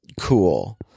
cool